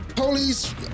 police